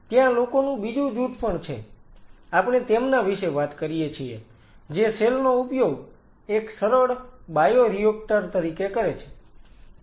ત્યાં લોકોનું બીજુ જૂથ પણ છે આપણે તેમના વિશે વાત કરીએ છીએ જે સેલ નો ઉપયોગ એક સરળ બાયોરિએક્ટર તરીકે કરે છે